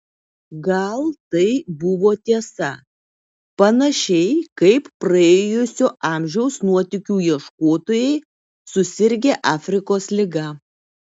gal tai buvo tiesa panašiai kaip praėjusio amžiaus nuotykių ieškotojai susirgę afrikos liga